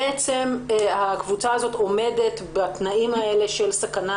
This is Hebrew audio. בעצם הקבוצה הזאת עומדת בתנאים של סכנה